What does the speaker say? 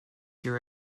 your